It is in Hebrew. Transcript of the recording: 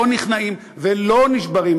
לא נכנעים ולא נשברים,